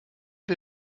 wir